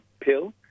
pill